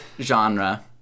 genre